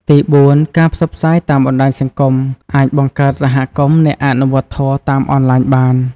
ទីបួន ការផ្សព្វផ្សាយតាមបណ្ដាញសង្គមអាចបង្កើតសហគមន៍អ្នកអនុវត្តធម៌តាមអនឡាញបាន។